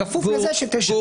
בכפוף לזה --- גור,